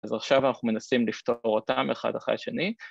‫אז עכשיו אנחנו מנסים לפתור אותם ‫אחד אחרי שני.